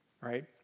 right